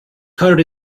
coded